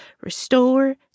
restore